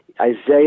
Isaiah